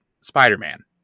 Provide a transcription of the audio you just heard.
Spider-Man